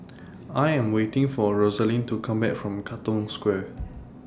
I Am waiting For Rosaline to Come Back from Katong Square